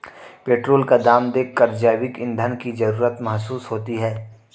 petrol का दाम देखकर जैविक ईंधन की जरूरत महसूस होती है